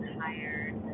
tired